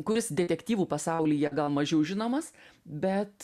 kuris detektyvų pasaulyje gal mažiau žinomas bet